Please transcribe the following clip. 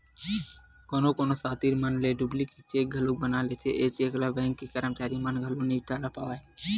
कोनो कोनो सातिर मन तो डुप्लीकेट चेक घलोक बना लेथे, ए चेक ल बेंक के करमचारी मन घलो नइ ताड़ पावय